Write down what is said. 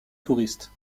touristes